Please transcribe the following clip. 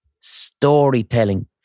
storytelling